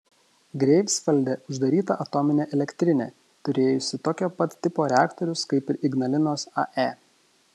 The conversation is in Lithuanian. greifsvalde uždaryta atominė elektrinė turėjusi tokio pat tipo reaktorius kaip ir ignalinos ae